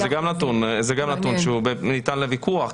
זה גם נתון שהוא ניתן לוויכוח,